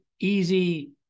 easy